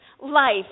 life